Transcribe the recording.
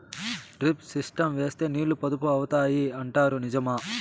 Drip system వేస్తే నీళ్లు పొదుపు అవుతాయి అంటారు నిజమా?